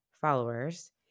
followers